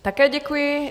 Také děkuji.